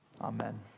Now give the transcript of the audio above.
Amen